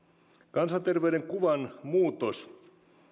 kansanterveyden kuvan muutos ja